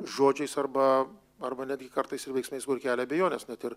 žodžiais arba arba netgi kartais ir veiksmais kelia abejones net ir